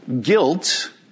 guilt